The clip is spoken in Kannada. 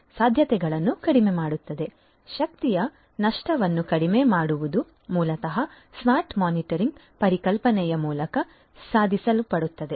ಆದ್ದರಿಂದ ಶಕ್ತಿಯ ನಷ್ಟವನ್ನು ಕಡಿಮೆ ಮಾಡುವುದು ಮೂಲತಃ ಸ್ಮಾರ್ಟ್ ಮೀಟರಿಂಗ್ ಪರಿಕಲ್ಪನೆಯ ಮೂಲಕ ಸಾಧಿಸಲ್ಪಡುತ್ತದೆ